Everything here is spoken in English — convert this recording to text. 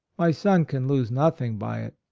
my son can lose nothing by it.